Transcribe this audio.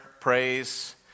praise